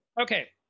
okay